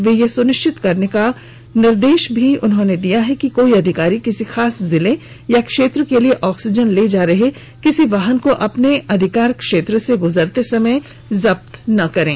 वे यह सुनिश्चित करने का निर्देश भी दिया गया है कि कोई अधिकारी किसी खास जिले या क्षेत्र के लिए ऑक्सीजन ले जा रहे किसी वाहन को अपने अधिकार क्षेत्र से गुजरते समय जब्त न करे